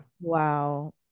wow